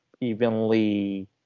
evenly